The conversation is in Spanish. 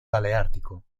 paleártico